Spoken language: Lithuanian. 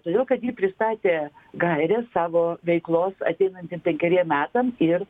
todėl kad ji pristatė gaires savo veiklos ateinantiem penkeriem metam ir